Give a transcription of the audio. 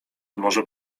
może